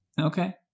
Okay